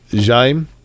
jaime